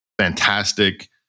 Fantastic